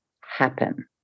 happen